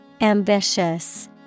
Ambitious